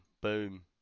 Boom